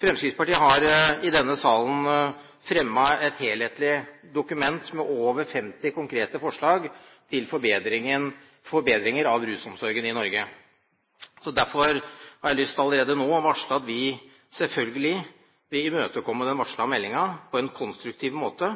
Fremskrittspartiet har i denne salen fremmet et helhetlig dokument med over 50 konkrete forslag til forbedringer i rusomsorgen i Norge. Så derfor har jeg lyst til allerede nå å varsle at vi selvfølgelig vil imøtekomme den varslede meldingen på en konstruktiv måte.